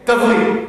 תבריא.